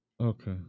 Okay